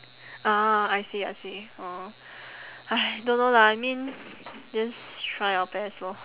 ah I see I see orh !hais! don't know lah I mean just try our best lor